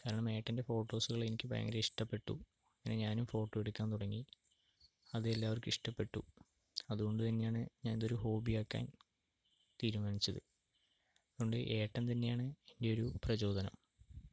കാരണം ഏട്ടൻ്റെ ഫോട്ടോസുകൾ എനിക്ക് ഭയങ്കര ഇഷ്ടപ്പെട്ടു പിന്നെ ഞാനും ഫോട്ടോയെടുക്കാൻ തുടങ്ങി അത് എല്ലാവർക്കും ഇഷ്ടപ്പെട്ടു അതുകൊണ്ടുതന്നെയാണ് ഞാനിതൊരു ഹോബിയാക്കാൻ തീരുമാനിച്ചത് അതുകൊണ്ട് ഏട്ടൻ തന്നെയാണ് എൻ്റെയൊരു പ്രചോദനം